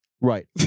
Right